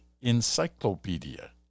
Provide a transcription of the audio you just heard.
encyclopedia